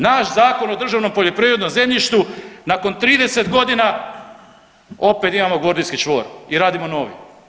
Naš Zakon o državnom poljoprivrednom zemljištu nakon 30 godina opet imamo gordijski čvor i radimo novi.